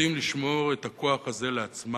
רוצים לשמור את הכוח הזה לעצמם.